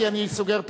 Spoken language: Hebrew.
כי אני סוגר את